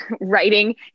writing